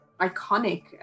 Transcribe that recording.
iconic